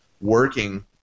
working